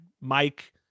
Mike